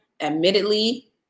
admittedly